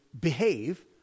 behave